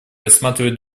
рассматривать